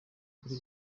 kuri